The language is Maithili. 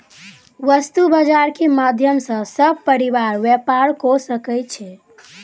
वस्तु बजार के माध्यम सॅ सभ व्यापारी व्यापार कय सकै छै